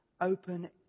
Open